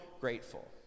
grateful